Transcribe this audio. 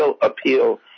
appeal